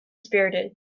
spirited